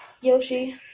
Yoshi